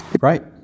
Right